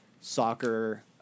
soccer